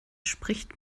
spricht